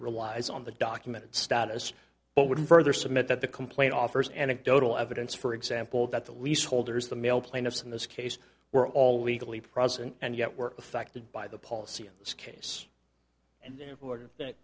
relies on the documented status but wouldn't further submit that the complaint offers anecdotal evidence for example that the leaseholders the male plaintiffs in this case were all legally present and yet were affected by the policy in this case and ordered from that